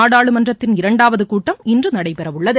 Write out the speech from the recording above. நாடாளுமன்றத்தின் இரண்டாவது கூட்டம் இன்று நடைபெறவுள்ளது